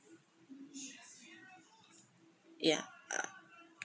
ya uh